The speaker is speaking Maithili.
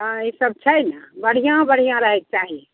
हँ ई सब छै ने बढिऑं बढिऑं रहैके चाही